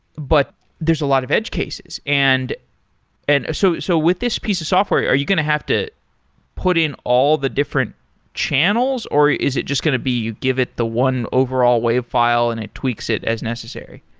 but there's a lot of edge cases. and and so with so with this piece of software, are you going to have to put in all the different channels or is it just going to be you give it the one overall wave file and it tweaks it as necessary?